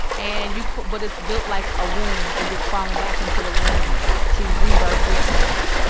and you but it's built like a womb. so you're crawling and back into the womb to rebirth yourself